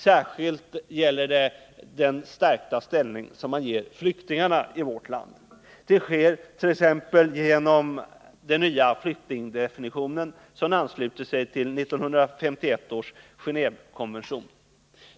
Det gäller särskilt den stärkta ställning som man ger flyktingarna i vårt land. Det sker t.ex. genom den nya flyktingdefinitionen som ansluter till 1951 års Gen&vekonvention.